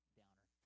downer